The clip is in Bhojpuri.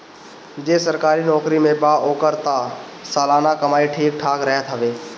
जे सरकारी नोकरी में बा ओकर तअ सलाना कमाई ठीक ठाक रहत हवे